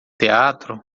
teatro